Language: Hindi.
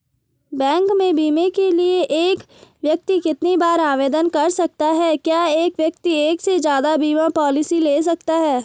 बैंक में बीमे के लिए एक व्यक्ति कितनी बार आवेदन कर सकता है क्या एक व्यक्ति एक से ज़्यादा बीमा पॉलिसी ले सकता है?